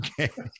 okay